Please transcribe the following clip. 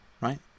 Right